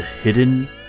Hidden